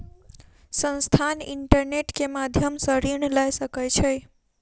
संस्थान, इंटरनेट के माध्यम सॅ ऋण लय सकै छै